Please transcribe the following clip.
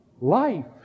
life